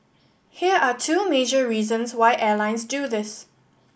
here are two major reasons why airlines do this